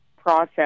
process